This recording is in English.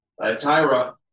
Tyra